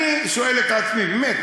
אני שואל את עצמי: באמת,